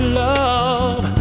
love